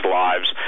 lives